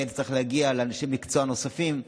כי היית צריך להגיע לאנשי מקצוע נוספים,